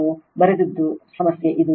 ನಾವು ಇಲ್ಲಿ ಬರೆದದ್ದು ಸಮಸ್ಯೆ ಇದು